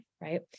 right